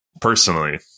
personally